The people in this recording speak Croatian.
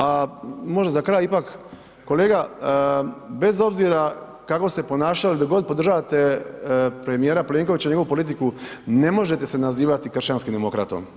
A možda za kraj ipak, kolega bez obzira kako se ponašali dok god podržavate premijera Plenkovića i njegovu politiku ne možete se nazivati kršćanskim demokratom.